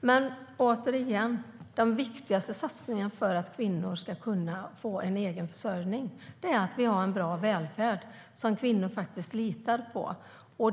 Men återigen: Den viktigaste satsningen för att kvinnor ska kunna få en egen försörjning är att vi har en bra välfärd som kvinnor litar på.